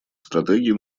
стратегий